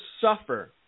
suffer